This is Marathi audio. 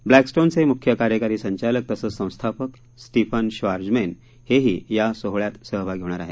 ब्लॅकस्टोन चे मुख्य कार्यकारी संचालक तसचं संस्थापक स्टीफन क्षार्जमैन हे ही या सोहळ्यात सहभागी होणार आहेत